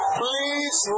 please